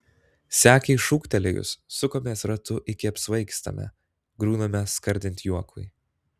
sekei šūktelėjus sukamės ratu iki apsvaigstame griūname skardint juokui